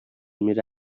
میره